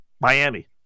Miami